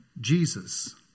Jesus